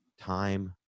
time